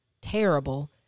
terrible